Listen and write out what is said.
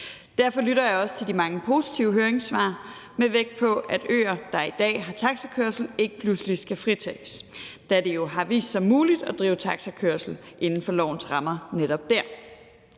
Derfor lytter jeg også til de mange positive høringssvar med vægt på, at øer, der i dag har taxakørsel, ikke pludselig skal fritages, da det jo har vist sig muligt at drive taxakørsel inden for lovens rammer netop der.